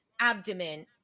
abdomen